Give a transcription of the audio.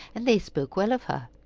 and they spoke well of her.